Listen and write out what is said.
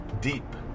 deep